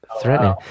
Threatening